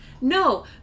No